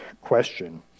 question